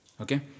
Okay